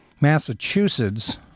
Massachusetts